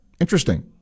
Interesting